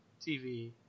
TV